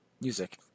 music